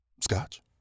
Scotch